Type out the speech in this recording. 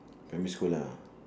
primary school lah